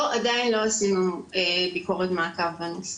לא, עדיין לא עשינו ביקורת מעקב בנושא.